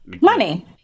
money